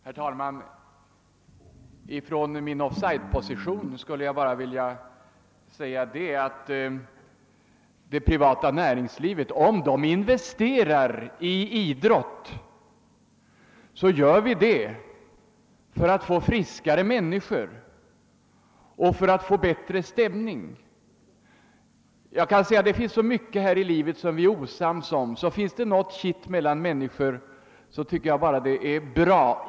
Herr talman! Från min offsideposition skulle jag bara vilja säga, att om det privata näringslivet investerar i idrott, gör man det för att få friskare människor och för att få bättre stämning. Det finns så mycket här i livet som vi är osams om, att jag tycker det är bra om det finns något som vi är sams om — något kitt mellan människor.